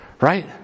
right